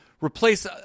Replace